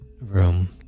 room